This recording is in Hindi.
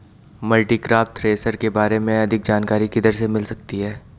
मल्टीक्रॉप थ्रेशर के बारे में अधिक जानकारी किधर से मिल सकती है?